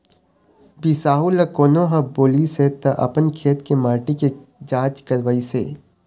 बिसाहू ल कोनो ह बोलिस हे त अपन खेत के माटी के जाँच करवइस हे